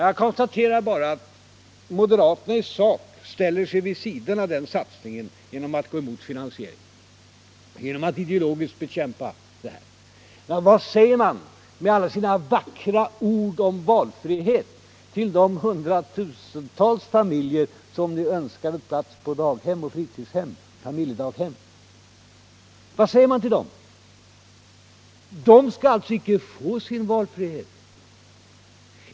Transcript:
Jag konstaterar bara att moderaterna i sak ställer sig vid sidan av denna satsning genom att gå emot finansieringen och genom att ideologiskt bekämpa den. Men vad säger man med alla sina vackra ord om valfrihet till de hundratusentals familjer som önskar plats på daghem, på fritidshem och i familjedaghem? De skall alltså icke få sin valfrihet.